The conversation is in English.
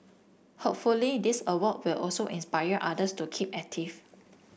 hopefully this award will also inspire others to keep active